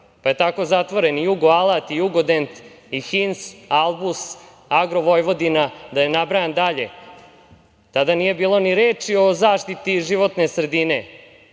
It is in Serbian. pa je tako zatvoren i „Jugo alat“, „Jugodent“, „Hins“, „Albus“, „Agro Vojvodina“, da ne nabrajam dalje. Tada nije bilo ni reči o zaštiti životne sredine,